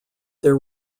there